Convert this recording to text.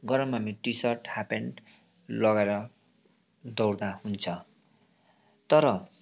गरममा हामी T shirt half pant लगाएर दौडदा हुन्छ तर